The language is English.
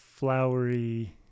flowery